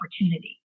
opportunity